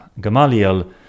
Gamaliel